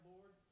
Lord